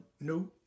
no